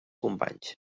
companys